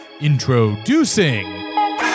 Introducing